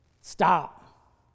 Stop